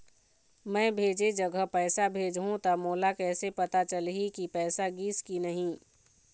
मैं भेजे जगह पैसा भेजहूं त मोला कैसे पता चलही की पैसा गिस कि नहीं?